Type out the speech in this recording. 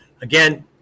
Again